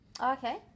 Okay